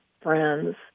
friends